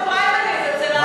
יש לו פריימריז אצל הקיסר.